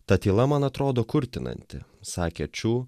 ta tyla man atrodo kurtinanti sakė čiu